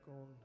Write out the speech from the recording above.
on